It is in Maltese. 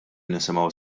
nisimgħu